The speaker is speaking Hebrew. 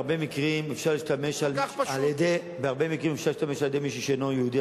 בהרבה מקרים אפשר להשתמש על-ידי מישהו שאינו יהודי,